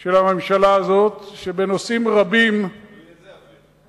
של הממשלה הזאת, שבנושאים רבים, תלוי איזה אוויר.